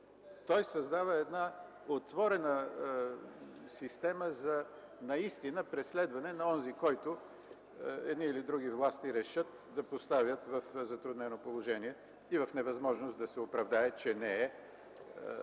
Той създава отворена система за преследване на онзи, който едни или други власти решат да поставят в затруднено положение и в невъзможност да се оправдае, че не е